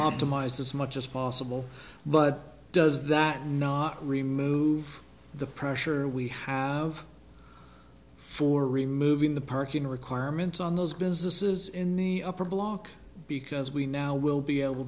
optimized as much as possible but does that not remove the pressure we have for removing the parking requirements on those businesses in the upper block because we now will be able